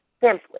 simply